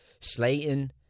Slayton